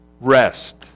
Rest